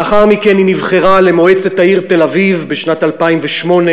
לאחר מכן היא נבחרה למועצת העיר תל-אביב בשנת 2008,